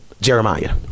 Jeremiah